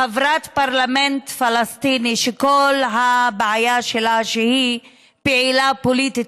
חברת פרלמנט פלסטיני שכל הבעיה שלה היא שהיא פעילה פוליטית